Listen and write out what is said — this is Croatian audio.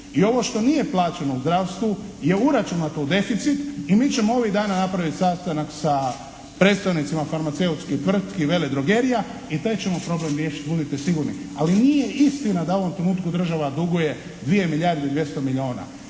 I ovo što nije plaćeno u zdravstvu, je uračunato u deficit i mi ćemo ovih dana napraviti sastanak sa predstojnicima farmaceutskih tvrtki i veledrogerija i taj ćemo problem riješiti, budite sigurni. Ali nije istina da u ovom trenutku država duguje 2 milijarde i 200 milijuna.